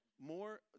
More